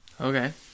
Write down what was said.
Okay